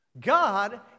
God